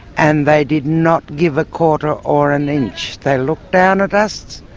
and they did not give a quarter or an inch. they looked down at us.